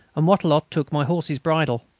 and wattrelot took my horse's bridle.